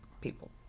people